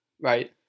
right